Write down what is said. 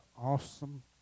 awesome